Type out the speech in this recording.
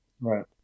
Right